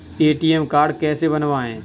ATM card कैसे बनवाएँ?